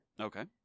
Okay